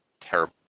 terrible